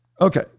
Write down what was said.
Okay